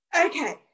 Okay